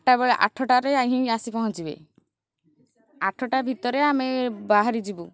ଆଠଟାରେ ହିଁ ଆସି ପହଞ୍ଚିବେ ଆଠଟା ଭିତରେ ଆମେ ବାହାରି ଯିବୁ